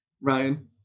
Ryan